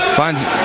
Finds